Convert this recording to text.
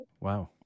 Wow